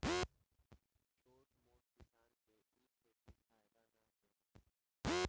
छोट मोट किसान के इ खेती फायदा ना देला